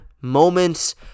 moments